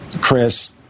Chris